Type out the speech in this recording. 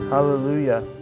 Hallelujah